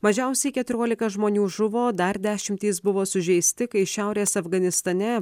mažiausiai keturiolika žmonių žuvo dar dešimtys buvo sužeisti kai šiaurės afganistane